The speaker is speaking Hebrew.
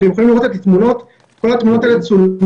אתם יכולים לראות את התמונות האלה צולמו